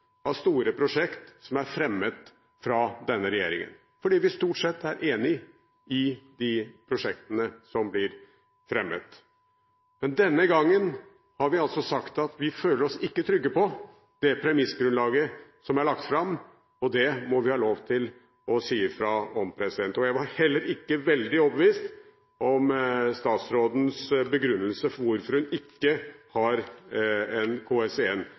store prosjekter som er fremmet av denne regjeringen, fordi vi stort sett er enig i de prosjektene som blir fremmet. Denne gangen har vi altså sagt at vi ikke føler oss trygge på det premissgrunnlaget som er lagt fram, og det må vi ha lov til å si fra om. Jeg var heller ikke veldig overbevist om statsrådens begrunnelse for hvorfor hun ikke har en